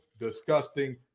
disgusting